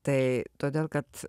tai todėl kad